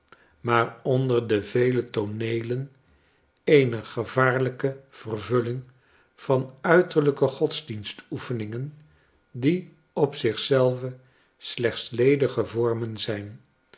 maar onder de vele tooneelen eener gevaarlijke vervulling van uiterlrjke godsdienstoefeningen die op zich zelve slechts ledige vormen zijn